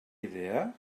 idea